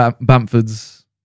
Bamford's